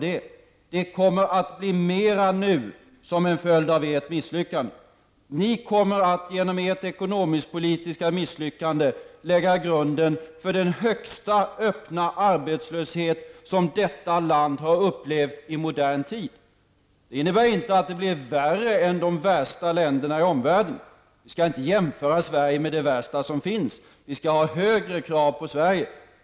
Det kommer att bli mera nu som en följd av ert misslyckande. Ni kommer att genom ert ekonomisk-politiska misslyckande lägga grunden för den högsta öppna arbetslöshet som detta land har upplevt i modern tid. Det innebär inte att det blir värre än i de värsta länderna i omvärlden. Vi skall inte jämföra Sverige med de värsta länder som finns. Vi skall ha högre krav på Sverige.